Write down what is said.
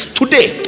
today